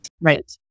Right